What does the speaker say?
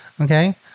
Okay